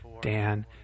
Dan